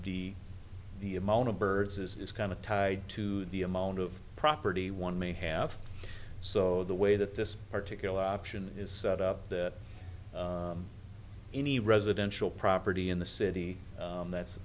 the the amount of birds is kind of tied to the amount of property one may have so the way that this article option is set up that any residential property in the city that's